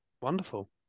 wonderful